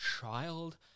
child